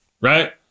Right